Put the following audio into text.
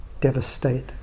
devastate